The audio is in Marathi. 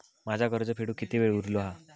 माझा कर्ज फेडुक किती वेळ उरलो हा?